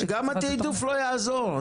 גם התיעדוף לא יעזור.